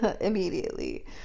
immediately